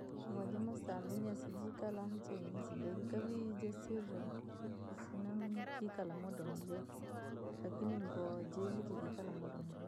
Mboa jaamasambii jee jisekalaa ni chainizi. dakika dejikavii jasirie kusina kuikala muda mulihii takuu, lakini mboa jingii jaakiikalaa muda mulefu.